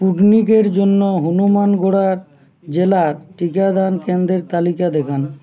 স্পুটনিকের জন্য হনুমানগোড়ার জেলার টিকাদান কেন্দ্রের তালিকা দেখান